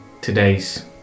today's